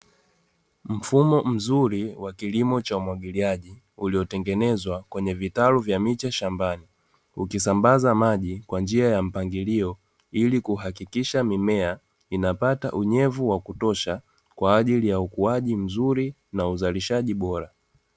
Mfumo mzuri wa kilimo cha umwagiliaji uliotengenezwa kwenye vitalu vya miche shambani, ukisambaza maji kwa njia ya mpangilio, ili kuhakikisha mimea inapata unyevu wa kutosha, kwa ajili ya ukuaji mzuri na uzalishaji bora.